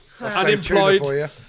unemployed